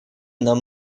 нам